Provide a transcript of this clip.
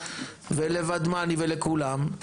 ולודמני ולכולם,